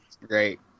great